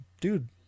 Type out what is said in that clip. dude